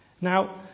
Now